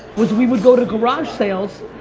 was we would go to garage sales,